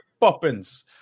Poppins